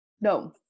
no